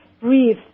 breathe